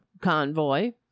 convoy